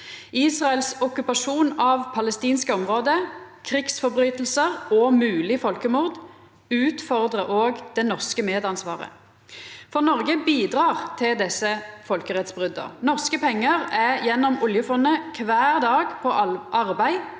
Israels okkupasjon av palestinske område, krigsbrot og mogleg folkemord utfordrar òg det norske medansvaret. Noreg bidreg til desse folkerettsbrota. Norske pengar er gjennom oljefondet kvar dag på arbeid